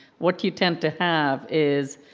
what you tend to have is